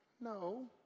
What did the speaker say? No